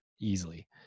easily